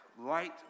light